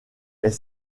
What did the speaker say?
est